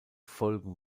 folgen